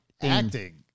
acting